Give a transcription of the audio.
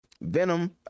venom